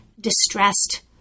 distressed